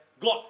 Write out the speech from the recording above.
God